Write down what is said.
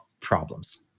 problems